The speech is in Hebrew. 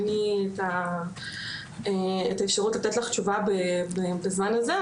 אין לי את האפשרות לתת לך תשובה בזמן הזה,